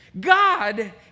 God